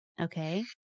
okay